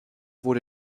wurde